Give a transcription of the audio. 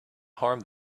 harm